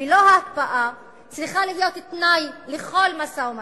ולא הקפאה צריכה להיות תנאי לכל משא-ומתן.